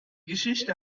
geschichte